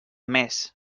més